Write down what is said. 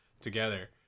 together